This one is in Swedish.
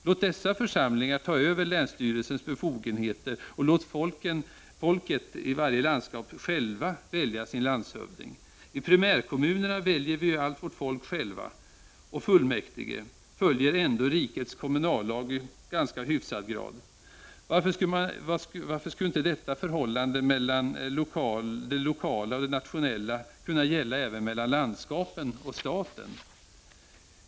Låt dessa församlingar ta över länsstyrelsens befogenheter, och låt folket i varje landskap självt välja sin landshövding! I primärkommunerna väljer vi ju allt vårt folk själva, och fullmäktige följer ändå rikets kommunallag i ganska hyfsad grad. Varför skulle inte detta förhållande mellan det lokala och det nationella kunna gälla även mellan landskapen och staten?